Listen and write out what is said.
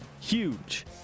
Huge